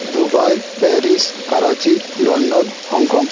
Dubai Paris Karachi London Hong Kong